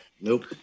Nope